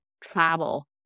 travel